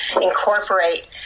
incorporate